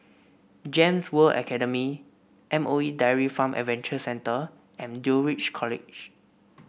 Gems World Academy M O E Dairy Farm Adventure Centre and Dulwich College